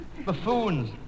Buffoons